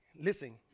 Listen